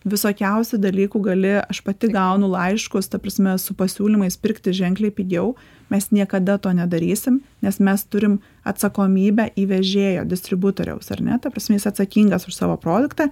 visokiausių dalykų gali aš pati gaunu laiškus ta prasme su pasiūlymais pirkti ženkliai pigiau mes niekada to nedarysim nes mes turim atsakomybę įvežėjo distributoriaus ar ne ta prasme jis atsakingas už savo produktą